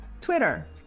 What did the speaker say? Twitter